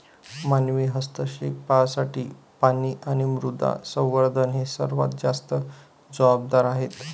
मानवी हस्तक्षेपासाठी पाणी आणि मृदा संवर्धन हे सर्वात जास्त जबाबदार आहेत